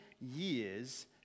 years